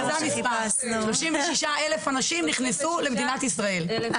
36 אלף אנשים נכנסו למדינת ישראל.